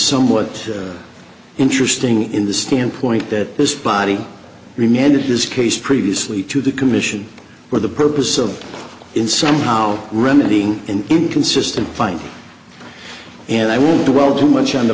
somewhat interesting in the standpoint that this body remained in this case previously to the commission for the purpose of in somehow remedying an inconsistent fight and i will do well too much on the